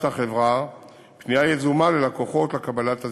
החברה מבצעת פנייה יזומה ללקוחות לקבלת הזיכוי.